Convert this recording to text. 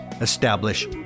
establish